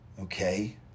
Okay